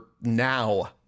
now